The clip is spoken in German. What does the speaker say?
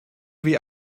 wie